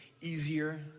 easier